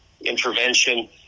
intervention